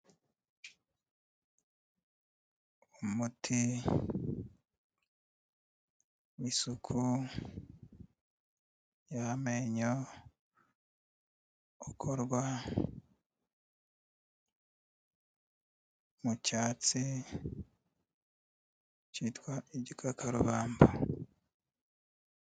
Umuti w'isuku y'amenyo ukorwa mu cyatsi cyitwa igikakarubamba.